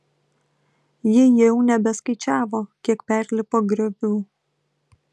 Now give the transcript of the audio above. ji jau nebeskaičiavo kiek perlipo griovų